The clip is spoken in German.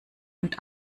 und